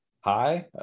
hi